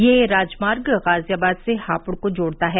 यह राजमार्ग गाजियाबाद से हापुड को जोडता है